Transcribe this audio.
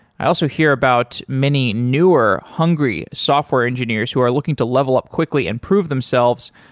i also hear about many newer, hungry software engineers who are looking to level up quickly and prove themselves